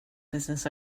business